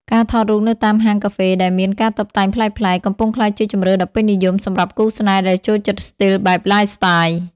ការថតរូបនៅតាមហាងកាហ្វេដែលមានការតុបតែងប្លែកៗ កំពុងក្លាយជាជម្រើសដ៏ពេញនិយមសម្រាប់គូស្នេហ៍ដែលចូលចិត្តស្ទីលបែប Lifestyle។